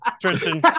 tristan